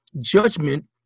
judgment